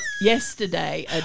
yesterday